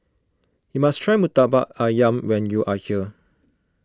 you must try Murtabak Ayam when you are here